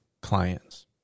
clients